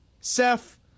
Seth